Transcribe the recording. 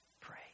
pray